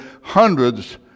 hundreds